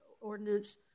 ordinance